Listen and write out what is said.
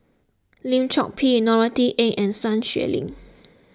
Lim Chor Pee Norothy Ng and Sun Xueling